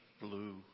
blue